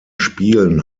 spielen